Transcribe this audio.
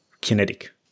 kinetic